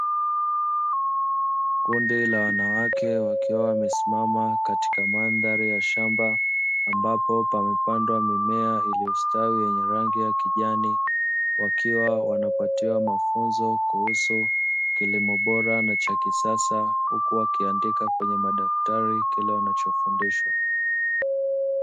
Kundi la wanawake, wakiwa wamesimama katika maadhari ya shamba, ambapo pamepandwa mimea iliyostawi yenye rangi ya kijani, wakiwa wanapatiwa mafunzo kuhusu kilimo bora na cha kisasa, huku wakiandika kwenye madaftari kila wanachofundishwa.